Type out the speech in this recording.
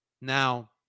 Now